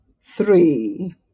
three